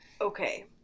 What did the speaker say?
Okay